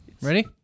Ready